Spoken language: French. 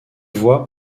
voie